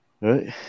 Right